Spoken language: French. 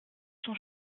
son